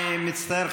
אני מצטער,